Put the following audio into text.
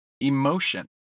emotion